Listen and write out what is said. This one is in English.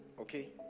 Okay